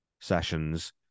sessions